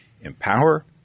empower